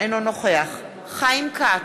אינו נוכח חיים כץ,